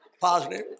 Positive